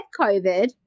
COVID